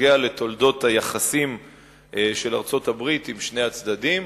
שנוגע לתולדות היחסים של ארצות-הברית עם שני הצדדים,